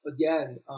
again